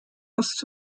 ost